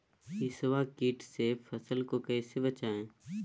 हिसबा किट से फसल को कैसे बचाए?